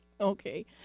Okay